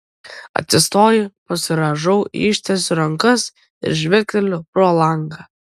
atsistoju pasirąžau ištiesiu rankas ir žvilgteliu pro langą